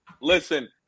Listen